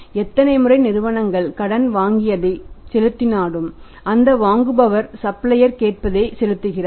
எத்தனை முறை நிறுவனங்கள் கடன் வாங்கியதை செலுத்தினாலும் இந்த வாங்குபவர் சப்ளையர் கேட்பதை செலுத்துகிறார்